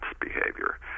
behavior